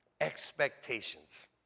expectations